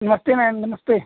नमस्ते मैम नमस्ते